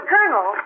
Colonel